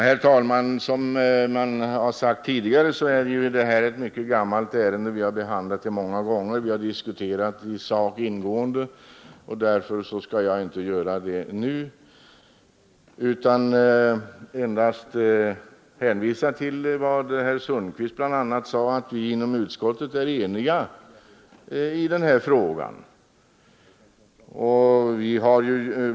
Herr talman! Såsom man har sagt tidigare är detta ett mycket gammalt ärende. Vi har behandlat det många gånger och diskuterat det mycket ingående i sak. Därför skall jag inte göra det nu igen utan endast hänvisa till vad herr Sundkvist sade, nämligen att vi inom utskottet är eniga i frågan.